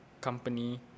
company